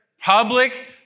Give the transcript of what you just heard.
Public